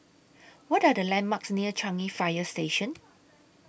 What Are The landmarks near Changi Fire Station